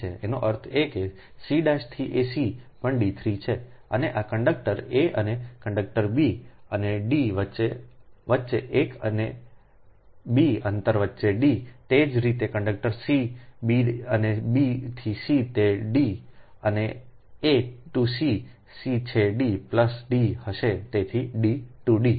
એનો અર્થ એ કે સી' થી સી પણ d3 છે અને આ કંડક્ટર a અને કન્ડક્ટર b અને D વચ્ચે એક અને બી અંતર વચ્ચે D તે જ રીતે કંડક્ટર સી બી અને બી થી સી તે D અને એ ટ સી સી છે D પ્લસ D હશે તેથી 2 ડી